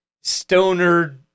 stoner